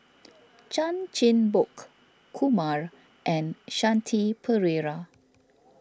Chan Chin Bock Kumar and Shanti Pereira